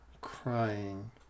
crying